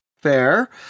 Fair